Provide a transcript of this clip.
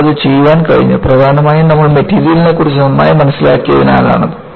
നമ്മൾക്ക് അത് ചെയ്യാൻ കഴിഞ്ഞു പ്രധാനമായും നമ്മൾ മെറ്റീരിയലിനെക്കുറിച്ച് നന്നായി മനസ്സിലാക്കിയതിനാലാണ്